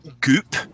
goop